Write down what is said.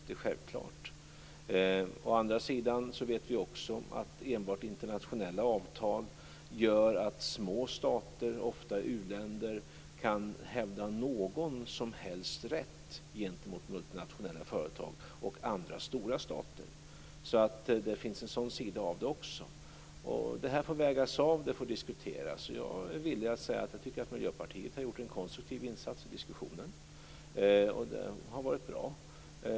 Å andra sidan vet vi också att enbart internationella avtal gör att små stater, ofta u-länder, inte kan hävda någon som helst rätt gentemot multinationella företag och andra stora stater. Det finns en sådan sida av detta också. Det här får vägas av och diskuteras. Jag är villig att säga att jag tycker att Miljöpartiet har gjort en konstruktiv insats i diskussionen. Det har var bra.